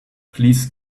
please